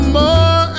more